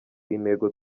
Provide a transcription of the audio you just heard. intego